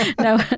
No